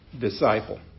disciple